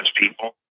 people